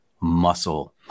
muscle